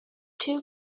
two